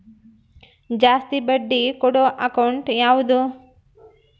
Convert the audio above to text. ಜಾಸ್ತಿ ಬಡ್ಡಿ ಕೊಡೋ ಅಕೌಂಟ್ ಯಾವುದು?